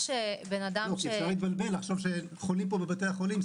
אפשר להתבלבל, לחשוב שחולים בבתי החולים.